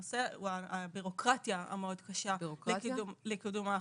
הנושא הוא הבירוקרטיה המאוד קשה לקידום ההכשרות.